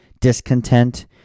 discontent